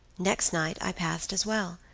next night i passed as well.